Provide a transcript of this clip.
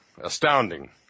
Astounding